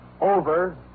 Over